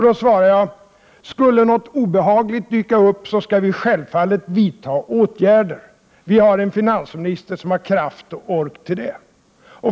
Då svarar jag: Skulle något obehagligt dyka upp, skall vi självfallet vidta åtgärder. Vi har en finansminister som har kraft till det.